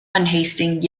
unhasting